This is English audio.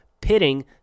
pitting